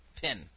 pin